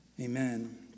Amen